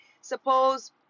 suppose